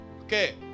Okay